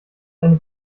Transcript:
eine